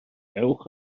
ewch